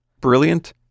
brilliant